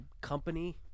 company